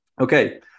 Okay